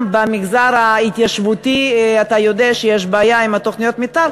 אתה יודע שגם במגזר ההתיישבותי יש בעיה עם תוכניות המתאר,